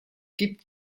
gibt